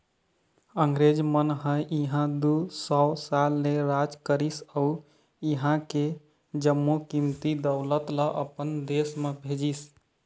अंगरेज मन ह इहां दू सौ साल ले राज करिस अउ इहां के जम्मो कीमती दउलत ल अपन देश म भेजिस